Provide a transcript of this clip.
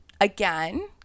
again